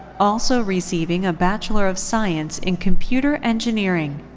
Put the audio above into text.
also receiving a bachelor of science in computer engineering.